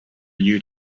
you